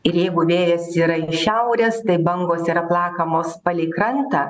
ir jeigu vėjas yra iš šiaurės tai bangos yra plakamos palei krantą